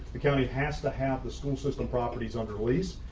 the county has to have the school system properties under lease.